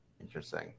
Interesting